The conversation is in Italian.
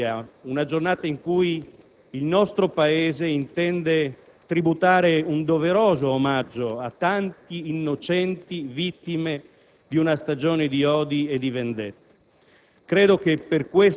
il «Giorno del ricordo», in cui il nostro Paese intende tributare un doveroso omaggio a tanti innocenti, vittime di una stagione di odi e di vendette.